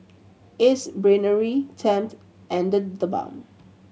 Ace Brainery Tempt and TheBalm